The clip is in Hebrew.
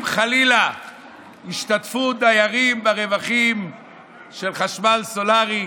אם חלילה ישתתפו דיירים ברווחים של חשמל סולרי.